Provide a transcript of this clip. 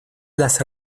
las